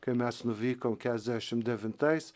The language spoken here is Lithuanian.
kai mes nuvykom kezdešim devintais